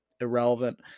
irrelevant